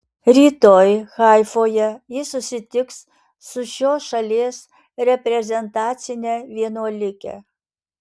rytoj haifoje ji susitiks su šios šalies reprezentacine vienuolike